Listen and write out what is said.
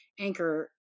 anchor